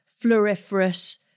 floriferous